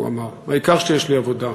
הוא אמר: העיקר שיש לי עבודה.